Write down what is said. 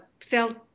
felt